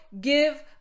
give